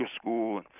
school